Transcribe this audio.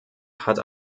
hat